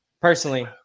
Personally